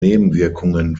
nebenwirkungen